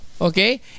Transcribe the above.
okay